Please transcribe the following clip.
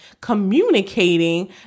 communicating